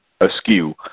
askew